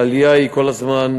העלייה כל הזמן,